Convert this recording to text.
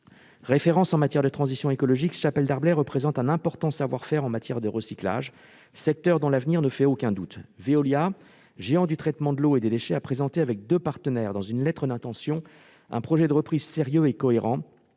Référence en matière de transition écologique, Chapelle Darblay représente un important savoir-faire en matière de recyclage, secteur dont l'avenir ne fait aucun doute. Dans une lettre d'intention, Veolia, géant du traitement de l'eau et des déchets, a présenté, avec deux partenaires, un projet de reprise sérieux et cohérent,